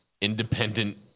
independent